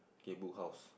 okay book house